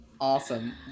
Awesome